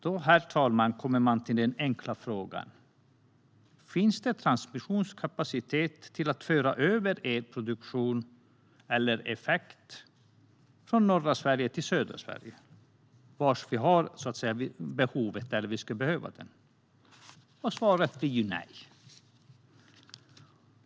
Då, herr talman, kommer man till den enkla frågan: Finns det transmissionskapacitet till att föra över elproduktion eller effekt från norra Sverige till södra Sverige där vi skulle behöva den? Svaret blir nej.